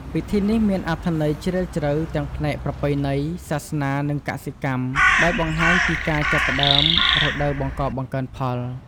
ពិធីនេះមានអត្ថន័យជ្រាលជ្រៅទាំងផ្នែកប្រពៃណី សាសនា និងកសិកម្ម ដោយបង្ហាញពីការចាប់ផ្តើមរដូវបង្កបង្កើនផល។